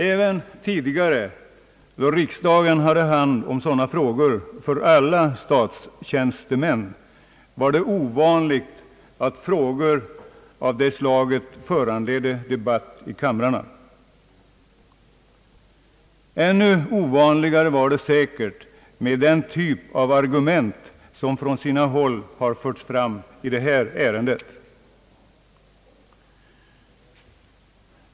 Även tidigare, då riksdagen hade hand om sådana frågor för alla statstjänstemän, var det ovanligt att frågor av det slaget föranledde debatt i kamrarna. Ännu ovanligare var det säkert med den typ av argument, som från vissa håll har förts fram i detta ärende.